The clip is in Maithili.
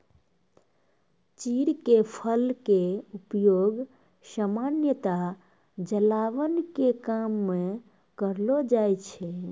चीड़ के फल के उपयोग सामान्यतया जलावन के काम मॅ करलो जाय छै